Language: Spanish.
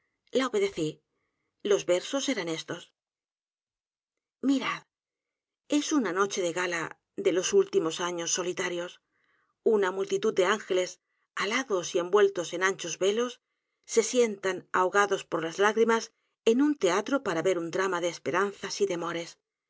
la obedecí los versos r a n éstos m i r a d e s una noche de gala de los últimos años solitarios una multitud de ángeles alados y envueltos en anchos velos se sientan ahogados por las l á g r i m a s en u n teatro p a r a ver un d r a m a de esperanzas y temores